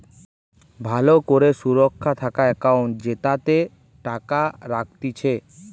ভালো করে সুরক্ষা থাকা একাউন্ট জেতাতে টাকা রাখতিছে